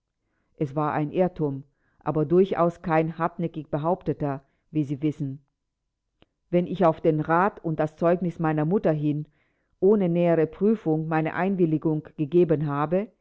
es war ein irrtum aber durchaus kein hartnäckig behaupteter wie sie wissen wenn ich auch auf den rat und das zeugnis meiner mutter hin ohne nähere prüfung meine einwilligung gegeben habe